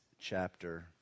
chapter